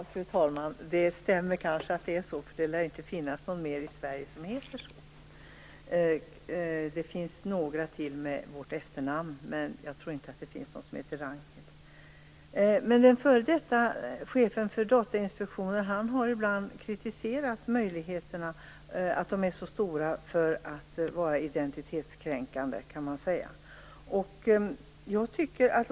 Fru talman! Det stämmer kanske att det är så. Det lär inte finnas någon mer i Sverige som heter så. Det finns några till med vårt efternamn, men tror inte att det finns någon som heter Ragnhild. Den f.d. chefen för Datainspektionen har ibland kritiserat att möjligheterna är så stora för att uppgifterna kan vara integritetskränkande.